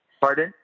Pardon